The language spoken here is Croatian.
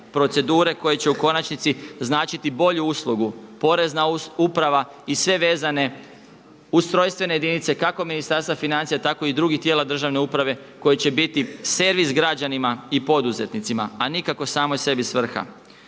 procedure koje će u konačnici značiti bolju uslugu, porezna uprava i sve vezane ustrojstvene jedinice kako Ministarstva financija tako i drugih tijela državne uprave koji će biti servis građanima i poduzetnicima a nikako sama sebi svrha,